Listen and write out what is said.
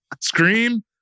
Scream